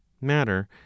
matter